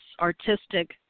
artistic